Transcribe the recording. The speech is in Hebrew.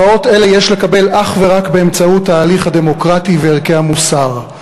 הכרעות אלה יש לקבל אך ורק באמצעות ההליך הדמוקרטי וערכי המוסר.